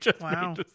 Wow